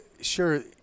sure